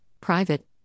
private